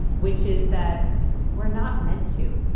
which is that we're not meant to.